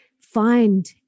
find